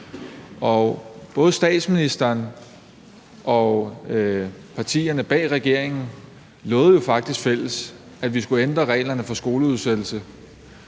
Både statsministeren og partierne bag regeringen lovede jo faktisk i fællesskab, at vi skulle ændre reglerne for skoleudsættelse.